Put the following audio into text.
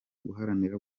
guharanira